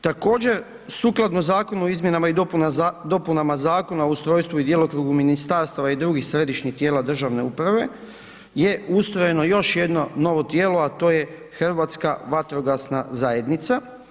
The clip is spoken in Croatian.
Također, sukladno Zakonu o izmjenama i dopunama Zakona o ustrojstvu i djelokrugu ministarstava i drugih središnjih tijela državne uprave je ustrojeno još jedno novo tijelo, a to je Hrvatska vatrogasna zajednica.